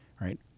right